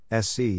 SC